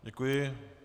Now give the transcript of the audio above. Děkuji.